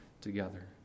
together